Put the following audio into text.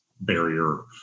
barrier